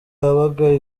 yabaga